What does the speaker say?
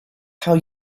how